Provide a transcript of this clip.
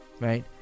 right